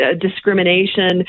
discrimination